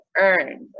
earned